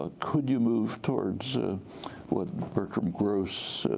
ah could you move towards what bertram gross,